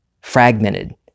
fragmented